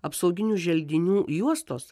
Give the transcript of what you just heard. apsauginių želdinių juostos